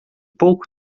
pouco